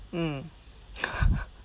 mm